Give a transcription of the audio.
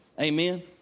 Amen